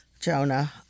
Jonah